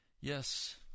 Yes